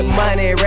money